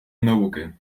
науки